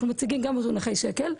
אנחנו מציגים גם במונחי שקל.